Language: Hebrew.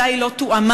אולי לא תואמה,